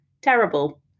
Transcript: Terrible